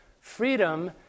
Freedom